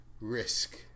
Risk